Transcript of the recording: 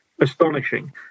Astonishing